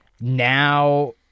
now